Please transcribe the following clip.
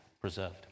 preserved